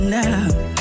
now